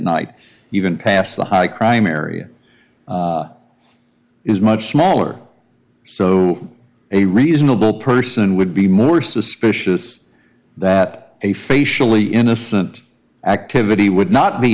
night even past the high crime area is much smaller so a reasonable person would be more suspicious that a facially innocent activity would not be